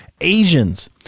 Asians